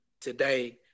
today